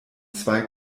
zwei